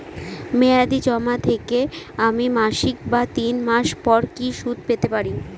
মেয়াদী জমা থেকে আমি মাসিক বা তিন মাস পর কি সুদ পেতে পারি?